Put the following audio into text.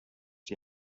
die